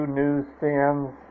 newsstands